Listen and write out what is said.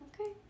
Okay